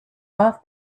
off